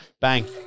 Bang